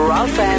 Ralph